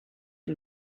une